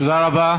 תודה רבה.